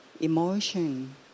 emotion